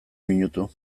minutu